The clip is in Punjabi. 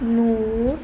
ਨੂਰ